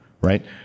right